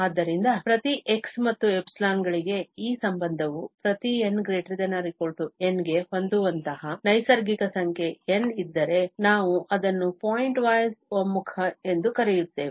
ಆದ್ದರಿಂದ ಪ್ರತಿ x ಮತ್ತು ϵ ಗಳಿಗೆ ಈ ಸಂಬಂಧವು ಪ್ರತಿ n ≥ N ಗೆ ಹೊಂದುವಂತಹ ನೈಸರ್ಗಿಕ ಸಂಖ್ಯೆ N ಇದ್ದರೆ ನಾವು ಅದನ್ನು ಪಾಯಿಂಟ್ವೈಸ್ ಒಮ್ಮುಖ ಎಂದು ಕರೆಯುತ್ತೇವೆ